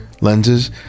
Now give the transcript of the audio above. lenses